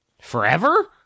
Forever